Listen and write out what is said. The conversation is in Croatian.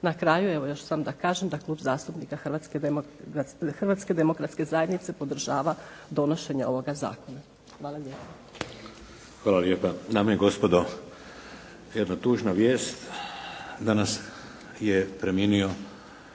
Na kraju evo još samo da kažem da Klub zastupnika Hrvatske demokratske zajednice podržava donošenje ovoga zakona. Hvala lijepo. **Šeks, Vladimir (HDZ)** Hvala lijepa. Dame i gospodo, eto tužna vijest. Danas je preminuo